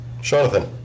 Jonathan